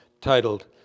titled